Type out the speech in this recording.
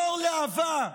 יו"ר להבה,